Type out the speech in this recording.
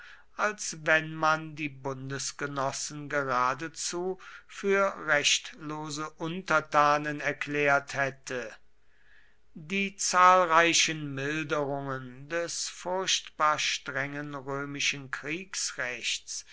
als wenn man die bundesgenossen geradezu für rechtlose untertanen erklärt hätte die zahlreichen milderungen des furchtbar strengen römischen kriegsrechts